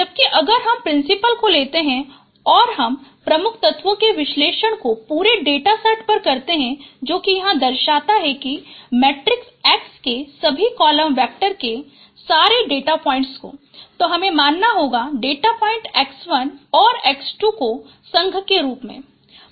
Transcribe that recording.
जबकि अगर हम प्रिंसिपल को लेते हैं और हम प्रमुख तत्वों के विश्लेष्ण को पूरे डेटासेट पर करते हैं जो कि यहाँ दर्शाता है कि मेट्रिक्स X के सभी कॉलम वेक्टर के सारे डेटा पॉइंट्स को तो हमें मानना होगा डेटा पॉइंट X1 और X2 को संघ के रूप में